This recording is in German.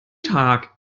tag